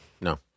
No